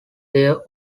their